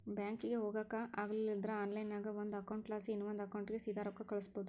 ಬ್ಯಾಂಕಿಗೆ ಹೊಗಾಕ ಆಗಲಿಲ್ದ್ರ ಆನ್ಲೈನ್ನಾಗ ಒಂದು ಅಕೌಂಟ್ಲಾಸಿ ಇನವಂದ್ ಅಕೌಂಟಿಗೆ ಸೀದಾ ರೊಕ್ಕ ಕಳಿಸ್ಬೋದು